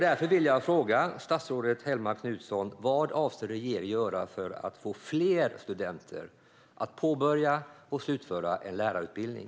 Därför vill jag fråga statsrådet Hellmark Knutsson: Vad avser regeringen att göra för att få fler studenter att påbörja och slutföra en lärarutbildning?